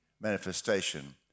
manifestation